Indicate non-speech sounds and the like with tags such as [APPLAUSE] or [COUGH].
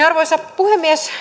[UNINTELLIGIBLE] arvoisa puhemies